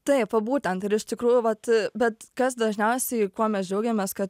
taip va būtent ir iš tikrųjų vat bet kas dažniausiai kuo mes džiaugiamės kad